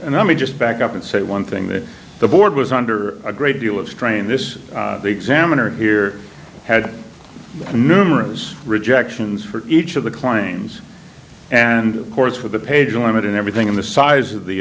let me just back up and say one thing that the board was under a great deal of strain this examiner here had numerous rejections for each of the claims and of course for the page limit and everything in the size of the